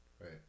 Right